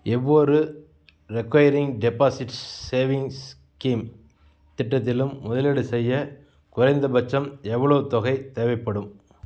எவ்வொரு recurring deposit savings scheme திட்டத்திலும் முதலீடு செய்ய குறைந்தபட்சம் எவ்வளவு தொகை தேவைப்படும்